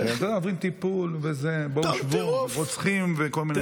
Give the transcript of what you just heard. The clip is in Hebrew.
הם עוברים טיפול וזה, רוצחים וכל מיני.